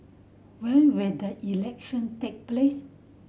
when will the election take place